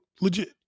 Legit